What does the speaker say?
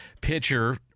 pitcher